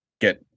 get